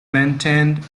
maintained